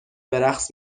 برقص